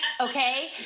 Okay